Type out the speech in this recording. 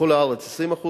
בכל הארץ 20%,